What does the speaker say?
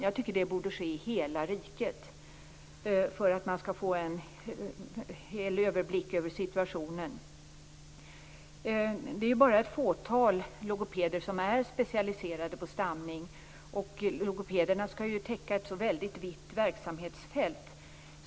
Jag tycker att det borde ske i hela riket för att man skall få en överblick över hela situationen. Det är bara ett fåtal logopeder som är specialiserade på stamning. Logopederna skall ju täcka ett så brett verksamhetsfält.